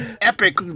epic